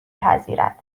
پذیرد